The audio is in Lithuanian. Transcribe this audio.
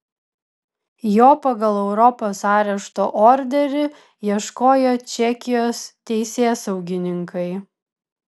jo pagal europos arešto orderį ieškojo čekijos teisėsaugininkai